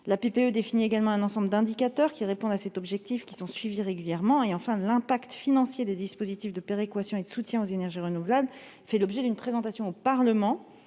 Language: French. la PPE définit un ensemble d'indicateurs qui répondent au même objectif et qui sont suivis régulièrement. Enfin, l'impact financier des dispositifs de péréquation et de soutien aux énergies renouvelables fait l'objet d'une présentation au Parlement